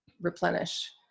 replenish